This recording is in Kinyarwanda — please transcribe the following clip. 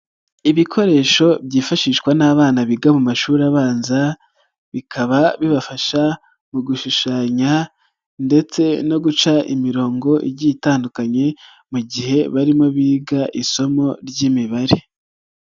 Ibikoresho byifashishwa n'abana biga mu mashuri abanza bikaba bibafasha mu gushushanya ndetse no guca imirongo igiye itandukanye mu gihe barimo biga isomo ry'Imibare.